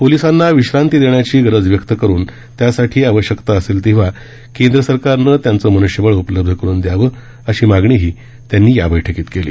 पोलिसांना विश्रांती देण्याची गरज व्यक्त करून त्यासाठी आवश्यकता असेल तेव्हा केंद्र सरकारनं त्यांचं मन्ष्यबळ उपलब्ध करून द्यावं अशी मागणीही त्यांनी या बैठकीत केली